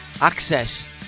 access